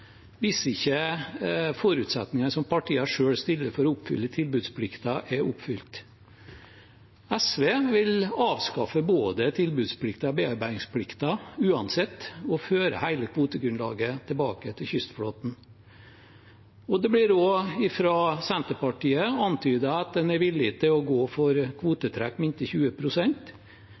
hvis ikke forutsetninger som partiet selv stiller for å oppfylle tilbudsplikten, er oppfylt. SV vil uansett avskaffe både tilbudsplikten og bearbeidingsplikten og føre hele kvotegrunnlaget tilbake til kystflåten. Det blir også fra Senterpartiet antydet at en er villig til å gå for kvotetrekk med inntil